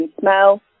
smell